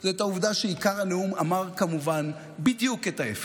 זה את העובדה שעיקר הנאום אמר כמובן בדיוק את ההפך.